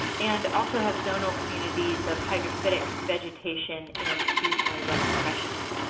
and also have zonal communities of hydrophytic vegetation in seasonally wet depressions.